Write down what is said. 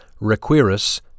requiris